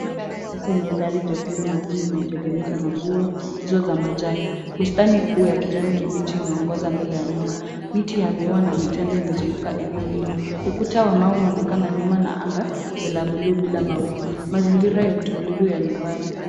Nyumba ya kisasa yenye dari jekundu na ukumbi unaotengenezwa na nguzo za majani. Bustani kuu ya kijani kibichi imeongoza mbele ya nyumba, miti ya miwa na mitende imezunguka eneo hilo. Ukuta wa mawe unaonekana nyuma na anga ni la bluu bila mawingu. Mazingira ya utulivu ya nyumbani.